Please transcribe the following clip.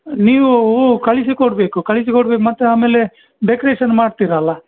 ನೀವು ಊವು ಕಳಿಸಿ ಕೊಡಬೇಕು ಕಳಿಸಿ ಕೊಡ್ಬೇಕು ಮತ್ತು ಆಮೇಲೆ ಡೆಕ್ರೇಷನ್ ಮಾಡ್ತೀರಲ್ಲ